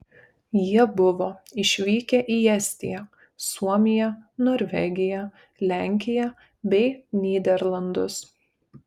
jie buvo išvykę į estiją suomiją norvegiją lenkiją bei nyderlandus